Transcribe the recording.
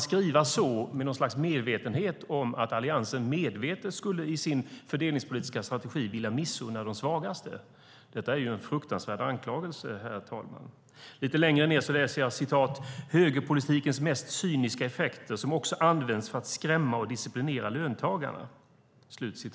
Skulle Alliansen i sin fördelningspolitiska strategi medvetet vilja missunna de svagaste? Detta är en fruktansvärd anklagelse, herr talman. Lite längre ned i interpellationen står det om "högerpolitikens mest cyniska effekter som också används för att skrämma och disciplinera löntagarna".